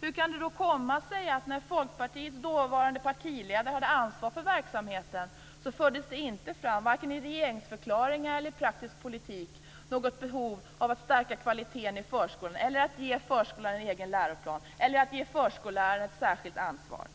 Hur kan det då komma sig att när Folkpartiets dåvarande partiledare hade ansvar för verksamheten fördes det inte fram, vare sig i regeringsförklaringar eller i praktisk politik, något behov av att stärka kvaliteten i förskolan, av att ge förskolan en egen läroplan eller av att ge förskollärarna ett särskilt ansvar.